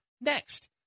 next